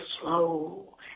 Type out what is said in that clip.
slow